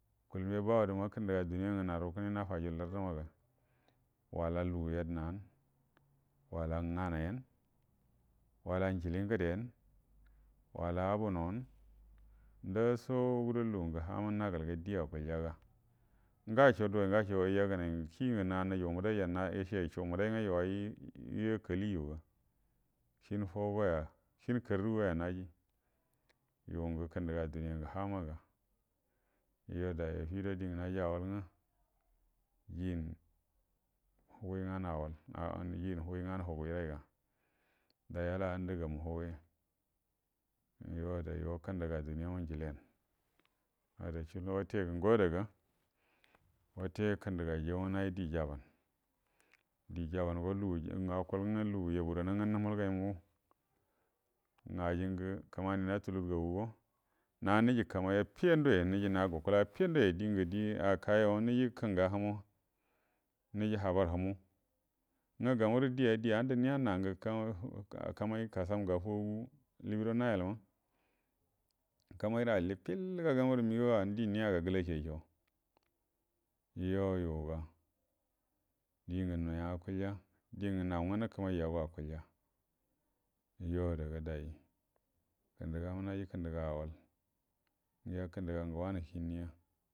Kul ben bagodəma kəndəga duniya ngə naru kəne nafaju kartə maga wala lugu yedənan wala nganai yanə wala ujili ngədeyin wala abunou ndasoo gudo lugu ngə hama naglgai di akulyaga ngasho dugai ugasho ai yegənai kli ngə nəga nujugu mbədaija gashe yusha nibədai nga nuwai yo yakali yuga hinə fau goya hinə kadugu goya yungə kəndəga duniya hamaga yo daji afido dingə naji awal nga jini hugui nganə awal jini hugui nganə hugui raiga dai ala andəgamu hugui yo ada yo kənəga duniyama ujiliyanə adashul wuze ngo adaga wute kəndəga jauwa naji di jabanə di jabanəgo lugu akul nga lugu yaburana nga numulgaimu nga ajingə kəmani natulurə gamugo niji kamai affiyandoya niji nda gukula affiyandoya dungə di akayo na uiji kənga'a humu niji habar humu nga gamaru di ayi di andə niya nangə kamai-kamai kasamga fogu libiro nayalua kamairə allifill ga gamuru migau anədi niya ga gəlashaisho yoguga dingə nuy akulya dingə nu nga nukumaijago akulya yo adaga dai kəndəgama nayi kəndaga awall yo kəndəga ngə wanə kinəya